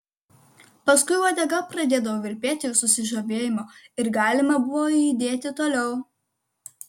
paskui uodega pradėdavo virpėti iš susižavėjimo ir galima buvo judėti toliau